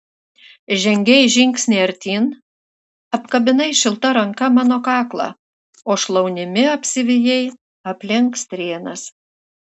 žengei žingsnį artyn apkabinai šilta ranka mano kaklą o šlaunimi apsivijai aplink strėnas